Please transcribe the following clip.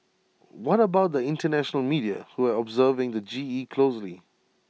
what about the International media who are observing the G E closely